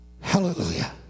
hallelujah